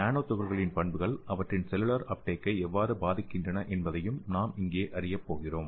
நானோ துகள்களின் பண்புகள் அவற்றின் செல்லுலார் அப்டேக்கை எவ்வாறு பாதிக்கின்றன என்பதையும் இங்கே நாம் அறியப்போகிறோம்